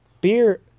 beer